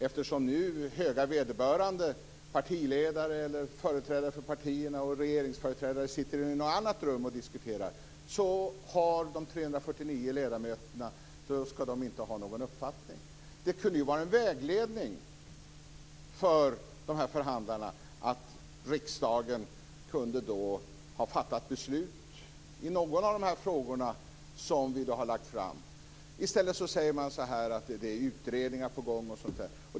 Eftersom höga vederbörande - partiledare eller företrädare för partierna och regeringsföreträdare - sitter i ett annat rum och diskuterar skall de 349 ledamöterna inte ha någon uppfattning. Det kunde väl vara en vägledning för de här förhandlarna om riksdagen fattade beslut i någon av de frågor som vi har lagt fram. I stället säger man att utredningar är på gång etc.